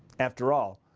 after all,